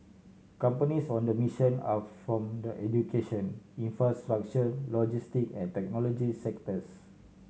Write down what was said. companies on the mission are from the education infrastructure logistic and technology sectors